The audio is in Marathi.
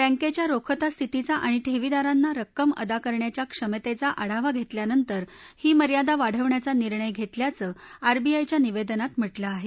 बँकेच्या रोखता स्थितीचा आणि ठेवीदारांना रक्कम अदा करण्याच्या क्षमतेचा आढावा घेतल्यानंतर ही मर्यादा वाढवण्याचा निर्णय घेतल्याचं आरबीआयच्या निवेदनात म्हटलं आहे